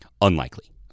Unlikely